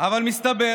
אבל מסתבר